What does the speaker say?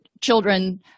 children